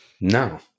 no